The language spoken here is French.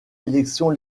élections